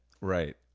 Right